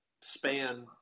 span